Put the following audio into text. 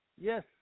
Yes